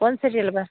कौन सीरियल का